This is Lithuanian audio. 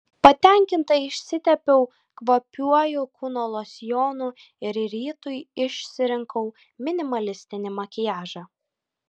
patenkinta išsitepiau kvapiuoju kūno losjonu ir rytui išsirinkau minimalistinį makiažą